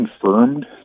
confirmed